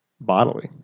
bodily